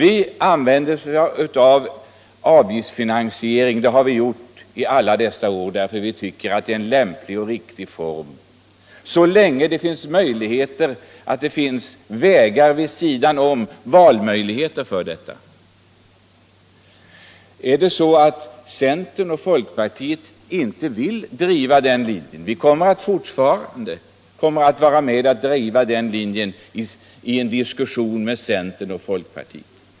Vi moderater använder oss av avgiftsfinansiering — och det har vi gjort i alla dessa år — därför att vi tycker det är en lämplig och riktig form så länge det finns valmöjligheter. Även om centern och folkpartiet inte vill driva den linjen, kommer vi fortfarande att driva den i diskussioner med centern och folkpartiet.